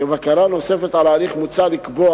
כבקרה נוספת על ההליך מוצע לקבוע